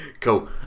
Cool